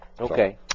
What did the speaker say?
Okay